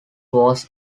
was